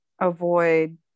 avoid